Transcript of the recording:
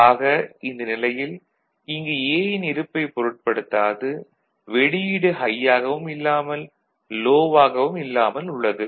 ஆக இந்த நிலையில் இங்கு A இன் இருப்பைப் பொருட்படுத்தாது வெளியீடு ஹை யாகவும் இல்லாமல் லோ வாகவும் இல்லாமல் உள்ளது